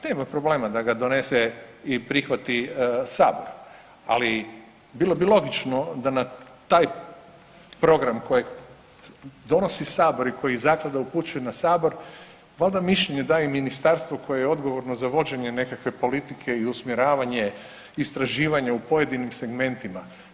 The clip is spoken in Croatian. Nema problema da ga donese i prihvati Sabor, ali bilo bi logično da na taj program kojeg donosi Sabor i koji zaklada upućuje na Sabor vlada mišljenje da i ministarstvo koje je odgovorno za vođenje nekakve politike i usmjeravanje istraživanje u pojedinim segmentima.